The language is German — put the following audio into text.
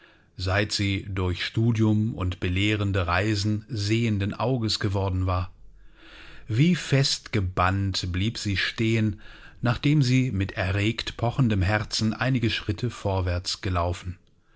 seit sie durch studium und belehrende reisen sehenden auges geworden war wie festgebannt blieb sie stehen nachdem sie mit erregt pochendem herzen einige schritte vorwärts gelaufen